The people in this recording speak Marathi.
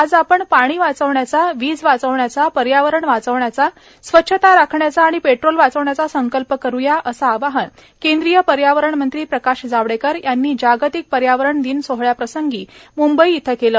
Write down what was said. आज आपण पाणी वाचवण्याचा वीज वाचवण्याचा पर्यावरण वाचवण्याचा स्वच्छता राखण्याचा आणि पेट्रोल वाचवण्याचा संकल्प करुया असे आवाहन केंद्रीय पर्यावरण मंत्री प्रकाश जावडेकर यांनी जागतिक पर्यावरण दिन सोहळ्याप्रसंगी मंबई इथे केले